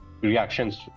reactions